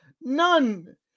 None